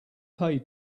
paid